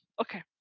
Okay